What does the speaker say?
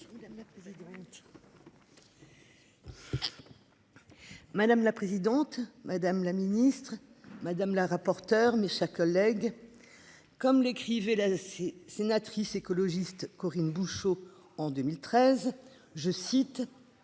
Madame la présidente, madame la ministre madame la rapporteure mais sa collègue. Comme l'écrivait la sénatrice écologiste Corinne Bouchoux en 2013 je cite.